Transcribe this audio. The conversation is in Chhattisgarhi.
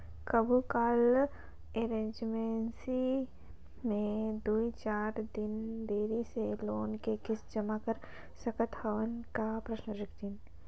कभू काल इमरजेंसी मे दुई चार दिन देरी मे लोन के किस्त जमा कर सकत हवं का?